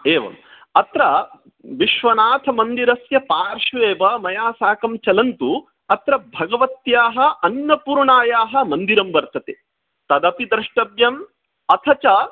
एवम् अत्र विश्वनाथमन्दिरस्य पार्श्वे एव मया साकं चलन्तु अत्र भगवत्याः अन्नपूर्णायाः मन्दिरं वर्तते तदपि द्रष्टव्यम् अथ च